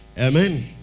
Amen